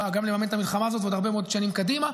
לממן את המלחמה הזאת ועוד הרבה מאוד שנים קדימה.